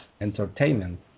entertainment